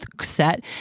set